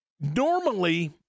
normally